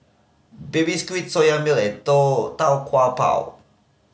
Baby Squid Soya Milk and Tau Kwa Pau